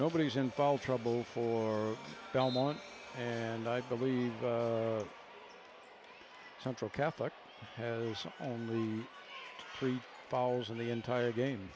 nobody's involved trouble for belmont and i believe central catholic has only three hours in the entire game